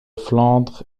flandre